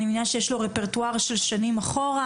אני מאמינה שיש לו רפרטואר של שנים אחורה.